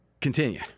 Continue